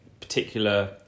particular